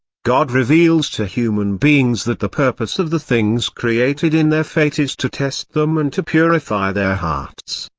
god reveals to human beings that the purpose of the things created in their fate is to test them and to purify their hearts.